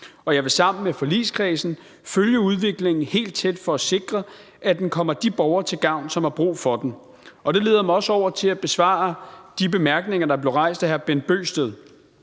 jeg vil sammen med forligskredsen følge udviklingen helt tæt for at sikre, at den kommer de borgere til gavn, som har brug for den, og det leder mig også over til at besvare de bemærkninger, der kom fra hr. Bent Bøgsted.